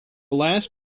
last